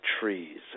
trees